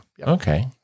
Okay